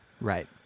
Right